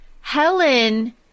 Helen